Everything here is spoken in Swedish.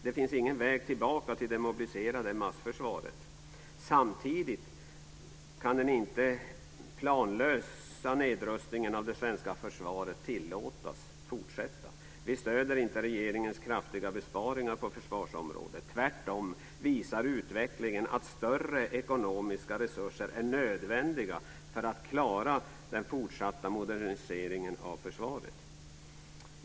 Det finns ingen väg tillbaka till det mobiliserade massförsvaret. Samtidigt kan inte den planlösa nedrustningen av det svenska försvaret tillåtas fortsätta. Vi stöder inte regeringens kraftiga besparingar på försvarsområdet. Utvecklingen visar tvärtom att större ekonomiska resurser är nödvändiga för att klara den fortsatta moderniseringen av försvaret.